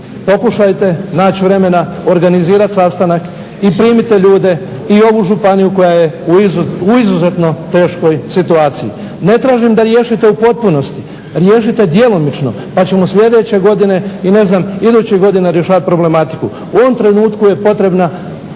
pokušajte naći vremena, organizirati sastanak i primite ljude i ovu županiju koja je u izuzetnoj teškoj situaciji. Ne tražim da riješite u potpunosti, riješite djelomično pa ćemo sljedeće godine i ne znam idućih godina rješavati problematiku. U ovom trenutku je potrebna